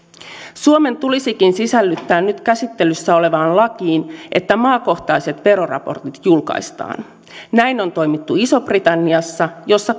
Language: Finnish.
suomen tulisikin sisällyttää nyt käsittelyssä olevaan lakiin että maakohtaiset veroraportit julkaistaan näin on toimittu isossa britanniassa jossa